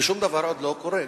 ושום דבר לא קורה.